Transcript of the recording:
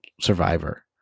survivor